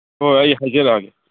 ꯍꯣꯏ ꯍꯣꯏ ꯑꯩ ꯍꯥꯏꯖꯔꯛꯑꯒꯦ